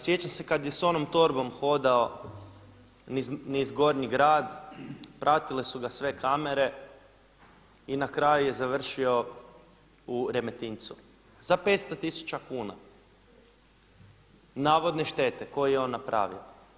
Sjećam se kada je sa onom torbom hodao niz Gornji Grad, pratile su ga sve kamere i na kraju je završio u Remetincu za 500 tisuća kuna navodne štete koju je on napravio.